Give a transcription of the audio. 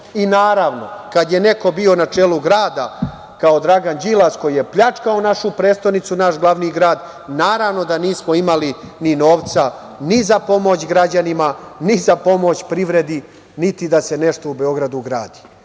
I naravno, kad je neko bio na čelu grada, kao Dragan Đilas, koji je pljačkao našu prestonicu, naš glavni grad, naravno da nismo imali ni novca ni za pomoć građanima, ni za pomoć privredi, niti da se nešto u Beogradu gradi. Mi